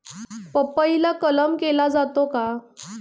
पपईला कलम केला जातो का?